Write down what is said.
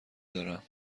دارم